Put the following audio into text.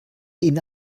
ihnen